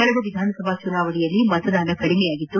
ಕಳೆದ ವಿಧಾನಸಭಾ ಚುನಾವಣೆಯಲ್ಲಿ ಮತದಾನ ಕಡಿಮೆಯಾಗಿತ್ತು